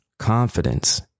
confidence